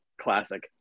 Classic